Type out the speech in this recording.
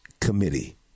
committee